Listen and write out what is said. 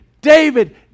David